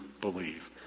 believe